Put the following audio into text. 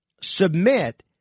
submit